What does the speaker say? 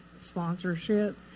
sponsorship